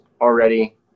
already